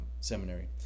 seminary